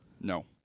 No